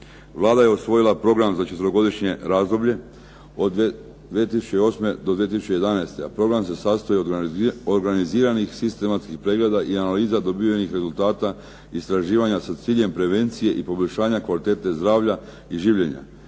Vlada je usvojila program za četverogodišnje razdoblje, od 2008. do 2011., a program se sastoji od organiziranih sistematskih pregleda i analiza dobivenih rezultata istraživanja sa ciljem prevencije i poboljšanja kvalitete zdravlja i življenja.